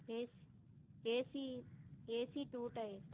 AC AC AC two tire